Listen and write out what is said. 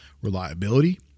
Reliability